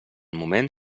moment